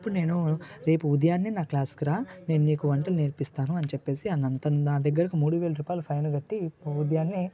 అప్పుడు నేను రేపు ఉదయాన్నే నా క్లాస్కి రా నేను నీకు వంటలు నేర్పిస్తాను అని చెప్పి నా దగ్గరికి మూడు వేల రూపాయలు ఫైన్ కట్టి ఉదయాన్నే